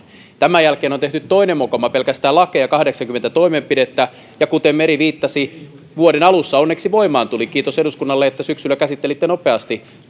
tämän jälkeen on tehty toinen mokoma pelkästään lakeja kahdeksankymmentä toimenpidettä ja kuten meri viittasi vuoden alussa onneksi voimaan tuli kiitos eduskunnalle että syksyllä käsittelitte nopeasti